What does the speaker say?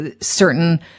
certain